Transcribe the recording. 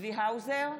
צבי האוזר,